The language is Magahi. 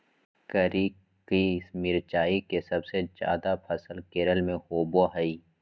करिककी मिरचाई के सबसे ज्यादा फसल केरल में होबो हइ